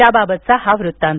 त्याबाबतचा हा वृत्तांत